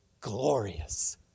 glorious